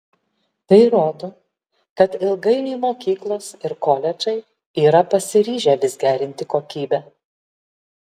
tai rodo kad ilgainiui mokyklos ir koledžai yra pasiryžę vis gerinti kokybę